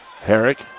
Herrick